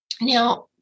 Now